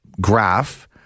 graph